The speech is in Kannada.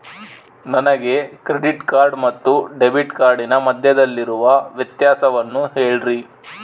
ನನಗೆ ಕ್ರೆಡಿಟ್ ಕಾರ್ಡ್ ಮತ್ತು ಡೆಬಿಟ್ ಕಾರ್ಡಿನ ಮಧ್ಯದಲ್ಲಿರುವ ವ್ಯತ್ಯಾಸವನ್ನು ಹೇಳ್ರಿ?